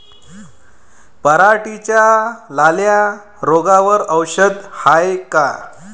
पराटीच्या लाल्या रोगावर औषध हाये का?